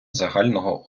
загального